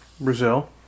Brazil